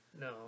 No